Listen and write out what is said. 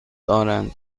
دارند